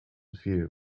fear